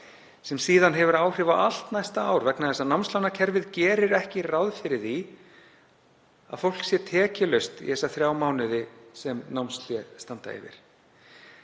sem síðan hefur áhrif á allt næsta ár vegna þess að námslánakerfið gerir ekki ráð fyrir því að fólk sé tekjulaust í þá þrjá mánuði sem námshlé stendur yfir.